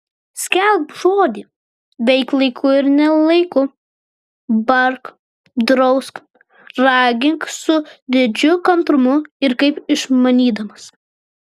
skelbk žodį veik laiku ir ne laiku bark drausk ragink su didžiu kantrumu ir kaip išmanydamas